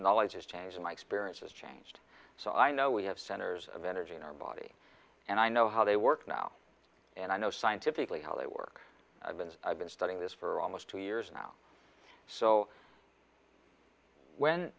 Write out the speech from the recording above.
knowledge is changing my experience has changed so i know we have centers of energy in our body and i know how they work now and i know scientifically how they work and i've been studying this for almost two years now so when